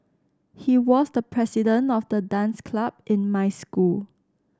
he was the president of the dance club in my school